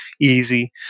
easy